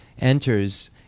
enters